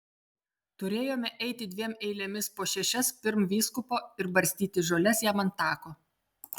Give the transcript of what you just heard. turėjome eiti dviem eilėmis po šešias pirm vyskupo ir barstyti žoles jam ant tako